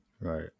Right